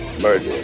murder